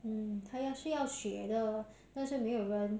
mm 他要是要学的但是没有人